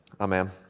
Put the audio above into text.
amen